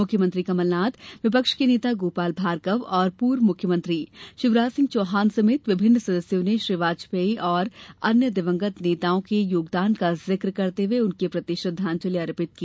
मुख्यमंत्री कमलनाथ विपक्ष के नेता गोपाल भार्गव और पूर्व मुख्यमंत्री शिवराज सिंह चौहान समेत विभिन्न सदस्यों ने श्री वाजपेयी और अन्य दिवंगत नेताओं के योगदान का जिक्र करते हुए उनके प्रति श्रद्धांजलि अर्पित की